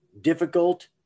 difficult